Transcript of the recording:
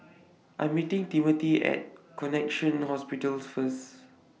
I'm meeting Timothy At Connexion Hospitals First